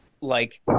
like-